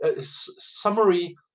summary